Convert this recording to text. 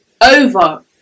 over